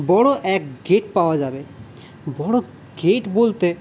বড়ো এক গেট পাওয়া যাবে বড়ো গেট বলতে